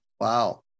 Wow